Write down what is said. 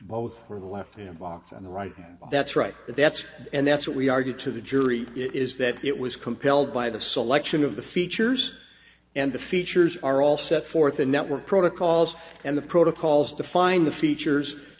both for the left him box and right that's right that's and that's what we argue to the jury is that it was compelled by the selection of the features and the features are all set forth the network protocols and the protocols defined the features